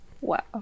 wow